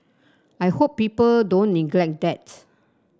I hope people don't neglect that